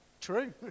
true